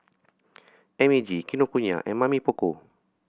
M A G Kinokuniya and Mamy Poko